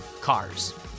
cars